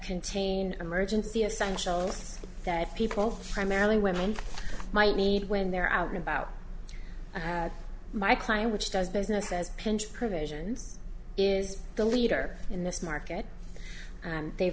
contain emergency essential oils that people primarily women might need when they're out and about i had my client which does business as pinch provisions is the leader in this market and they